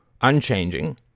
unchanging